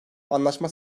anlaşma